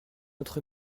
autre